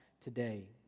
today